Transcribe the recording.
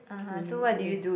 mm with